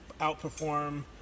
outperform